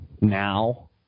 now